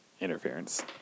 interference